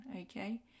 okay